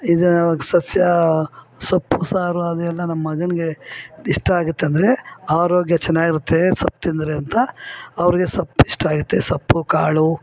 E ಸಸ್ಯ ಸೊಪ್ಪು ಸಾರು ಅದೆಲ್ಲ ನಮ್ಮ ಮಗನಿಗೆ ಇಷ್ಟ ಆಗುತ್ತಂದ್ರೆ ಆರೋಗ್ಯ ಚೆನಾಗಿರುತ್ತೆ ಸೊಪ್ಪು ತಿಂದರೆ ಅಂತ ಅವರಿಗೆ ಸೊಪ್ಪಿಷ್ಟ ಆಗುತ್ತೆ ಸೊಪ್ಪು ಕಾಳು